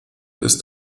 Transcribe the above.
ist